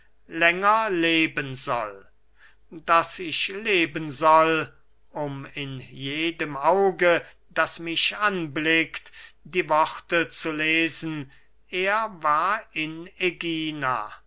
länger leben soll daß ich leben soll um in jedem auge das mich anblickt die worte zu lesen er war in ägina